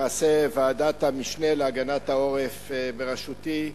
למעשה ועדת המשנה להגנת העורף בראשותי,